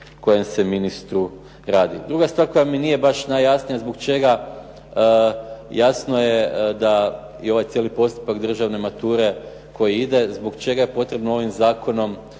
kojem se ministru radi. Druga stvar koja mi nije baš najjasnija, zbog čega, jasno je da i cijeli ovaj postupak državne mature koji ide zbog čega je potrebno ovim zakonom